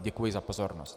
Děkuji za pozornost.